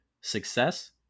success